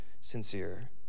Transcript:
sincere